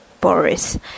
Boris